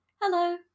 Hello